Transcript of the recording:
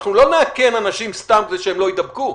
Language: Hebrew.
אנחנו לא נאכן אנשים סתם כדי שהם לא ייבדקו.